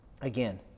Again